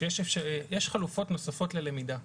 שיש חלופות נוספות ללמידה,